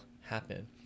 happen